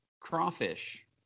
crawfish